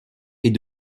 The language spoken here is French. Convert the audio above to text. est